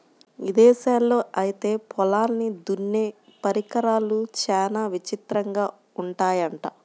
ఇదేశాల్లో ఐతే పొలాల్ని దున్నే పరికరాలు చానా విచిత్రంగా ఉంటయ్యంట